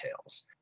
Tales